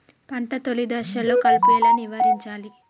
పంట తొలి దశలో కలుపు ఎలా నివారించాలి?